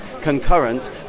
concurrent